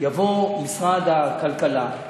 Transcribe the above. יבוא משרד הכלכלה,